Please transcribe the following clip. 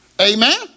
Amen